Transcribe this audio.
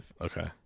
okay